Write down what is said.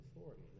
authority